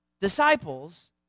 disciples